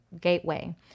gateway